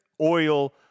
Oil